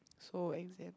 so exam